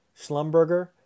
Schlumberger